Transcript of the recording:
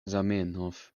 zamenhof